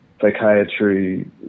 psychiatry